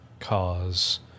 cause